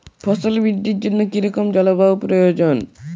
ফসল বৃদ্ধির জন্য কী রকম জলবায়ু প্রয়োজন?